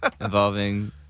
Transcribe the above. involving